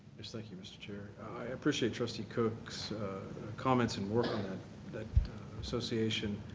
yes, thank you, mr. chair. i appreciate trustee cook's comments and work on that that association.